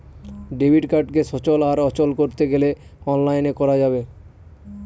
debit কার্ডকে সচল আর অচল করতে গেলে অনলাইনে করা যাবে